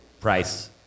price